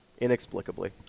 inexplicably